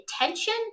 attention